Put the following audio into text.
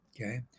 okay